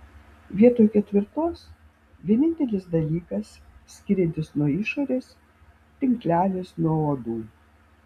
vietoj ketvirtos vienintelis dalykas skiriantis nuo išorės tinklelis nuo uodų